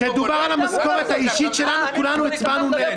כשדובר על המשכורת האישית שלנו כולנו הצבענו בעד.